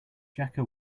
jaka